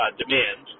demand